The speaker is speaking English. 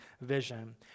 vision